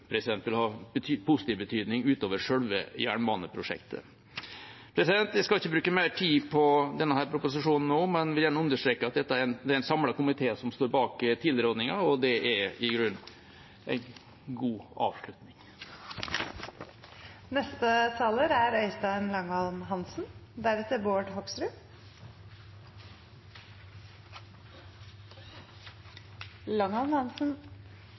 vil ha positiv betydning utover selve jernbaneprosjektet. Jeg skal ikke bruke mer tid på denne proposisjonen nå, men vil gjerne understreke at det er en samlet komité som står bak tilrådingen – og det er i grunnen en god avslutning. Jeg er